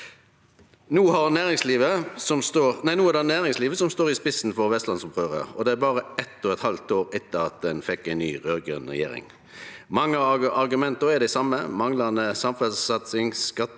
No er det næringslivet som står i spissen for vestlandsopprøret, og det berre eitt og eit halvt år etter at me fekk ei ny raud-grøn regjering. Mange av argumenta er dei same: manglande samferdselssatsing, skattesjokk